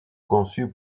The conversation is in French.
conçue